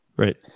Right